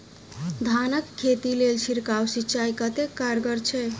धान कऽ खेती लेल छिड़काव सिंचाई कतेक कारगर छै?